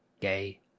gay